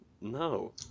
No